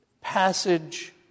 passage